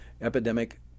epidemic